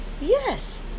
yes